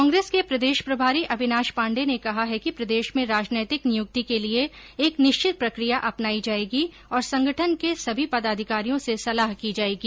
कांग्रेस के प्रदेश प्रभारी अविनाश पांडे ने कहा है कि प्रदेश में राजनीतिक नियुक्ति के लिये एक निश्चित प्रकिया अपनायी जायेगी और संगठन के सभी पदाधिकारियों से सलाह की जायेगी